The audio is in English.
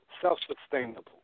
self-sustainable